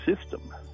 system